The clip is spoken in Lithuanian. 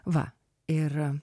va ir